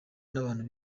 n’abantu